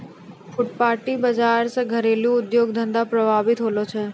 फुटपाटी बाजार से घरेलू उद्योग धंधा प्रभावित होलो छै